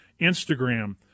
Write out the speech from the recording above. Instagram